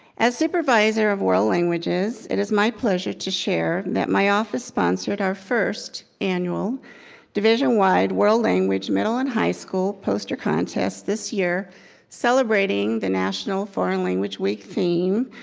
as supervisor of world languages, it is my pleasure to share that my office sponsored our first annual division-wide world language middle and high shool poster context this year celebrating the national foreign language week theme,